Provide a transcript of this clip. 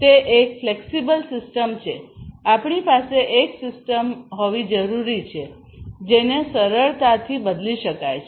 તે એક flexible system છેઆપણી પાસે એક સિસ્ટમ હોવી જરૂરી છે જેને સરળતાથી બદલી શકાય છે